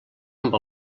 amb